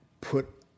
put